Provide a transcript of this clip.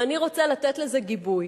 ואני רוצה לתת לזה גיבוי.